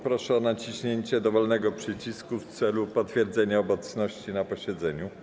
Proszę o naciśnięcie dowolnego przycisku w celu potwierdzenia obecności na posiedzeniu.